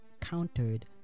countered